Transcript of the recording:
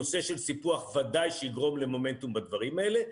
נושא של סיפוח ודאי שיגרום למומנטום בדברים האלה.